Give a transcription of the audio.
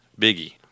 Biggie